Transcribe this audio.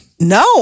No